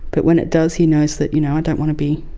but when it does he knows that you know i don't want to be